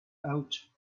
out